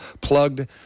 plugged